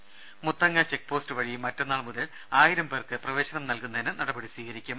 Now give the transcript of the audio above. ത Muthanga check post വഴി മറ്റന്നാൾ മുതൽ ആയിരം പേർക്ക് പ്രവേശനം നൽകുന്നതിന് നടപടി സ്വീകരിക്കും